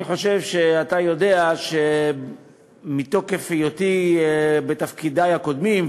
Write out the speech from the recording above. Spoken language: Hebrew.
אני חושב שאתה יודע שמתוקף היותי בתפקידַי הקודמים,